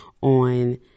on